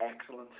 excellent